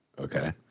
Okay